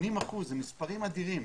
80%, אלה מספרים אדירים.